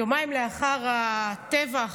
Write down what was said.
יומיים לאחר הטבח,